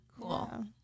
Cool